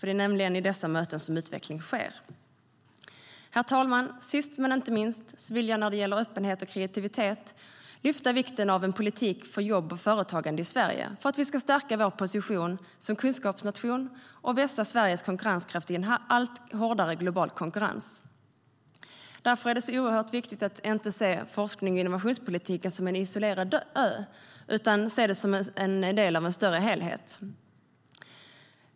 Det är nämligen vid dessa möten som utveckling sker. STYLEREF Kantrubrik \* MERGEFORMAT Utbildning och universitetsforskningDärför är det oerhört viktigt att inte se forsknings och innovationspolitiken som en isolerad ö utan som en del av en större helhet.